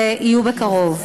שיהיו בקרוב.